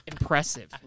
Impressive